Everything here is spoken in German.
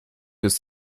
ist